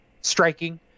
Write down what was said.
striking